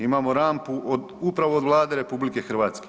Imamo rampu upravo od Vlade RH.